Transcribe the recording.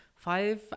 five